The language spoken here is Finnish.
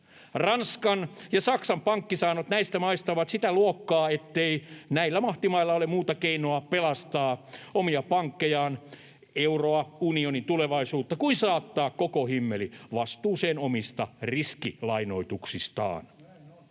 Ranskan ja Saksan pankkisaannot näistä maista ovat sitä luokkaa, ettei näillä mahtimailla ole muuta keinoa pelastaa omia pankkejaan, euroa ja unionin tulevaisuutta kuin saattaa koko himmeli vastuuseen omista riskilainoituksistaan.